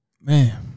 man